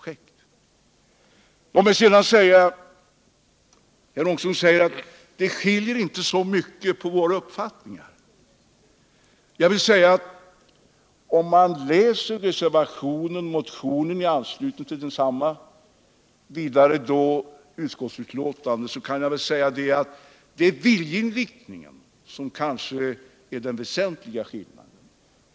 Herr Ångström sade att våra uppfattningar inte skiljer sig så mycket från varandra. Om man läser motionen och reservationen samt utskottsbetänkandet, finner man att viljeinriktningen kanske är den väsentliga skillnaden.